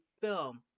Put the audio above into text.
film